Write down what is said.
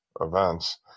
events